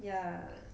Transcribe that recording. ya